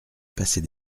passer